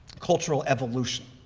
cultural evolution.